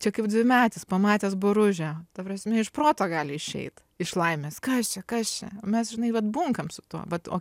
čia kaip dvimetis pamatęs boružę ta prasme iš proto gali išeit iš laimės kas čia kas čia o mes žinai vat bunkam su tuo vat o